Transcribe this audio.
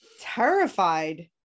terrified